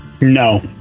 No